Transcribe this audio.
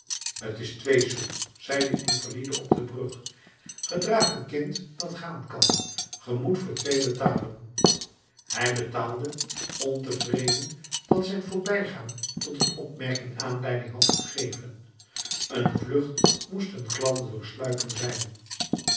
t is twee sous zei de invalide op de brug ge draagt een kind dat gaan kan gij moet voor twee betalen hij betaalde ontevreden dat zijn voorbijgaan tot een opmerking aanleiding had gegeven een vlucht moet een gladde doorsluiping zijn